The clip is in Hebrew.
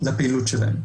לפעילות שלהם.